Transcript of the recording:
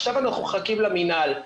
עכשיו אנחנו מחכים למינהל.